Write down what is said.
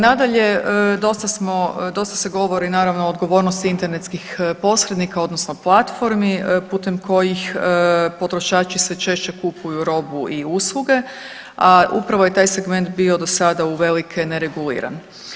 Nadalje, dosta se govori naravno o odgovornosti internetskih posrednika, odnosno platformi putem kojih potrošači sve češće kupuju robu i usluge, a upravo je taj segment bio do sada uvelike nereguliran.